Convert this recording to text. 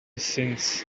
since